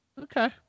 Okay